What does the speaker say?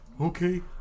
Okay